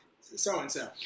so-and-so